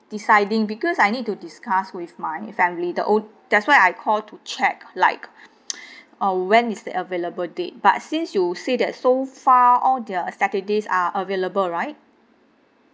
deciding because I need to discuss with my family the o~ that's why I call to check like ah when is the available date but since you say that so far all the saturday's are available right